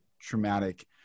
traumatic